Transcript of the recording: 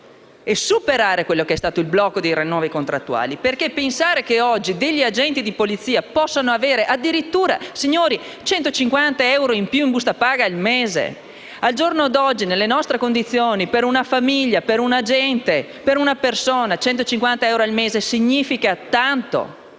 e superare il blocco dei rinnovi contrattuali, in modo che gli agenti di polizia possano avere addirittura 150 euro in più in busta paga al mese. Al giorno d'oggi, nelle nostre condizioni, per una famiglia, per un agente, per una persona, 150 euro al mese significano tanto,